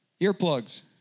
earplugs